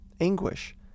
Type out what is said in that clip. anguish